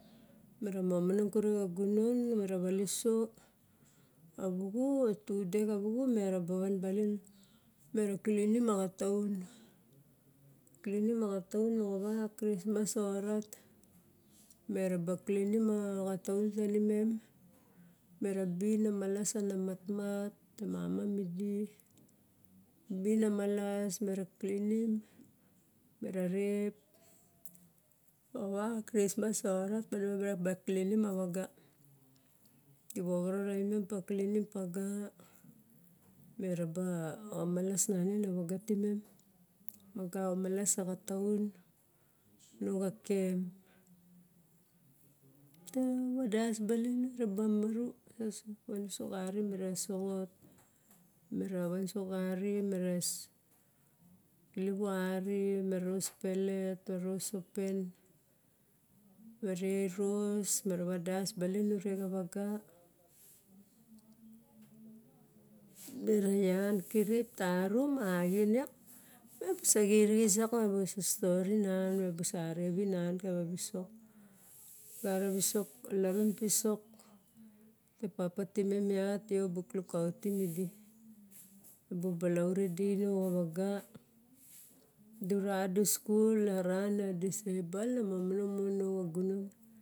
Mira momonong kure xa gunon, mira viliso, xa wuxu xa tude xa wuxu, mera ba van balin, mera klinim a xatuan, klinim a xataun, moxa va a krismas so rat. Mera raba klinim a xataun tanimin, mera bin o malas ana mamat, te mama midi, bin o malas, me ra klinim, me ra rep, moxa va a krismas sorat divovoro ravi mem pava, klinim paga meraba o malas ningin avaga timem, vaga o malas a xatuan nao xa kem me raba vadas balin, mira van uso xari, mira sosongot, mira van uso xa ari, mira xilivo ari, ma ros pelet, ros sospen, me re ros, me ra vadas balin ure xa vaga, mira ian kirip tarum, axien iak, mi sa xirixis iat so stori nan, mebusa are vi nan tava visok, egara visok, iarun pisok papa timem iat io buk lukautim idi balaure di, no xa waga, dura du skul ara na disable na momonong mon no xa gunon.